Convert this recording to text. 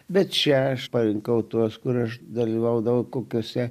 bet čia aš parinkau tuos kur aš dalyvaudavau kokiose